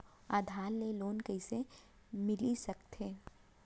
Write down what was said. आधार से लोन कइसे मिलिस सकथे?